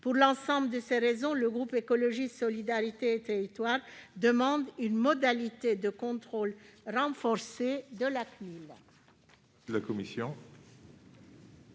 Pour l'ensemble de ces raisons, le groupe Écologiste - Solidarité et Territoires demande une modalité de contrôle renforcée de la CNIL.